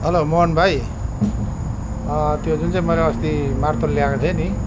hello Mohan भाइ त्यो जुन चाहिँ मैले अस्ति मार्तोल ल्याएको थिएँ नि